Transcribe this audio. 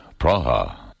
Praha